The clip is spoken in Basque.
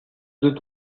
dut